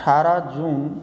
अठारह जून